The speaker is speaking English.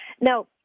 Now